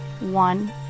one